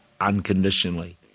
Unconditionally